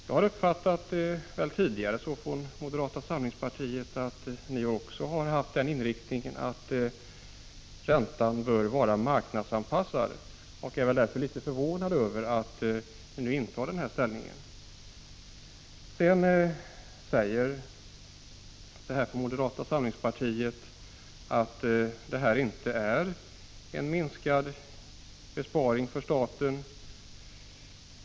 Jag har tidigare uppfattat moderaterna på ett sådant sätt att även de har haft den uppfattningen att räntan bör vara marknadsanpassad. Jag är därför litet förvånad över den uppfattning som moderaterna nu har. Man säger sedan från moderata samlingspartiet att detta förslag inte innebär en minskad besparing för staten.